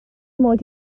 mod